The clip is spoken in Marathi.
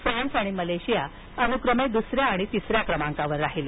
फ्रान्स आणि मलेशिया अनुक्रमे दुसऱ्या आणि तिसऱ्या स्थानावर राहिले